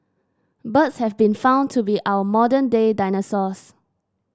birds have been found to be our modern day dinosaurs